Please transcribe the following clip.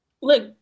Look